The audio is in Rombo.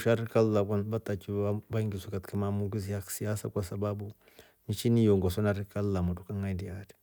Twarika lakwa vatakiwe vaingisishe katika maamuzi ya kisiasa kwa sababu nchi iongoswe rika lamotru kuni naindi atra.